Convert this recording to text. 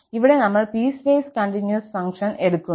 ഇവിടെ നമ്മൾ piecewise continuous function എടുക്കുന്നു